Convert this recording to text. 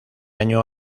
año